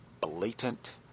blatant